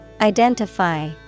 Identify